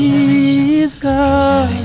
Jesus